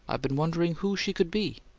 i've been wondering who she could be.